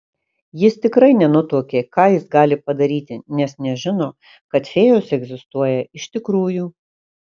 jis tikrai nenutuokė ką jis gali padaryti nes nežino kad fėjos egzistuoja iš tikrųjų